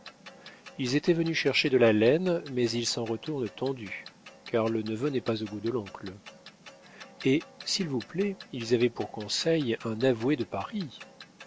ils étaient venus chercher de la laine mais ils s'en retournent tondus car le neveu n'est pas au goût de l'oncle et s'il vous plaît ils avaient pour conseil un avoué de paris